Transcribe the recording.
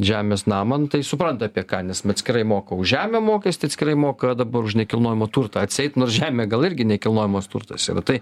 žemės namą tai supranta apie ką nes atskirai moka už žemę mokestį atskirai moka dabar už nekilnojamą turtą atseit nors žemė gal irgi nekilnojamas turtas yra tai